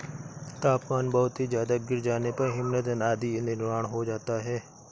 तापमान बहुत ही ज्यादा गिर जाने पर हिमनद आदि का निर्माण हो जाता है